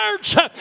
church